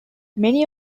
many